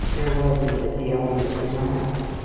there was in it the element of denial.